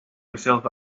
myself